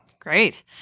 Great